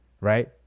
right